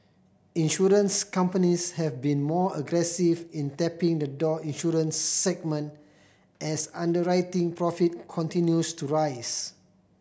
insurance companies have been more aggressive in tapping the door insurance segment as underwriting profit continues to rise